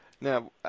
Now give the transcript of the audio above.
Now